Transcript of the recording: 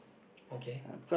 okay